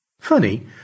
Funny